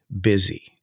busy